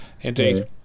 Indeed